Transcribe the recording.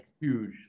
huge